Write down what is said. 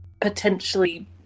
potentially